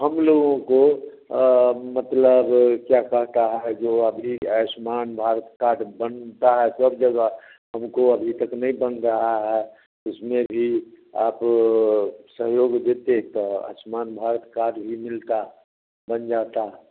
हम लोगों को मतलब क्या कहते हैं जो अभी आयुष्मान भारत कार्ड बनता है सब जगह हमको अभी तक नहीं बन रहा है उसमें भी अब आप सहयोग देते तो आयुष्मान भारत कार्ड भी मिलता बन जाता